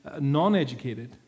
non-educated